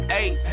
eight